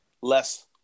less